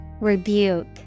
rebuke